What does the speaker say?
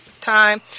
time